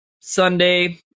Sunday